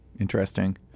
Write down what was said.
Interesting